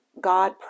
God